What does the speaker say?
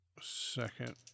Second